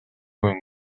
оюн